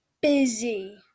busy